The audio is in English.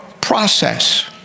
process